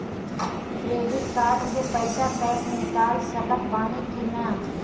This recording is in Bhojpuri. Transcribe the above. क्रेडिट कार्ड से पईसा कैश निकाल सकत बानी की ना?